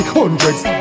hundreds